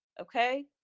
Okay